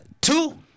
two